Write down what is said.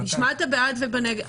נשמע את המעט והנגד.